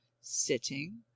sitting